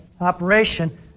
operation